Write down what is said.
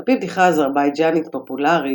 על פי בדיחה אזרבייג'נית פופולרית,